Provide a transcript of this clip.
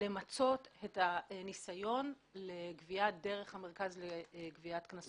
למצות את הניסיון לגבייה דרך המרכז לגביית קנסות וחובות.